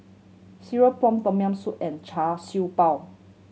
cereal prawn Tom Yam Soup and Char Siew Bao